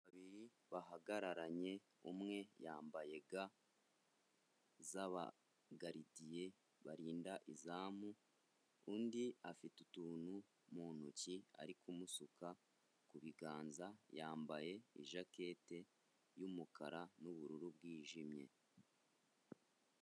Babiri bahagararanye umwe yambaye ga z'abagaridiye barinda izamu, undi afite utuntu mu ntoki ari kumusuka ku biganza, yambaye ijakete y'umukara n'ubururu bwijimye.